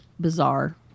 bizarre